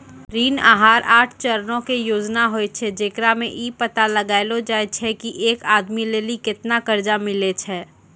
ऋण आहार आठ चरणो के योजना होय छै, जेकरा मे कि इ पता लगैलो जाय छै की एक आदमी लेली केतना कर्जा मिलै छै